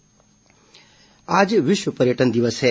विश्व पर्यटन दिवस आज विश्व पर्यटन दिवस है